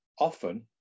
often